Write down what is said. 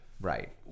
Right